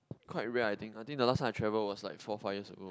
quite rare I think I think the last time I traveled was like four five years ago